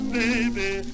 baby